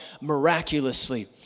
miraculously